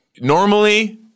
Normally